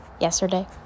yesterday